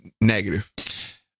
negative